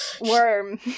worm